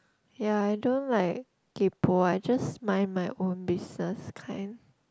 ya I don't like kaypoh I just mind my own business kind